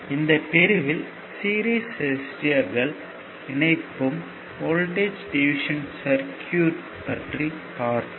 இந்த பிரிவில் சீரிஸ் ரெசிஸ்டர்களின் இணைப்பும் வோல்ட்டேஜ் டிவிசன் சர்க்யூட் பற்றி பார்ப்போம்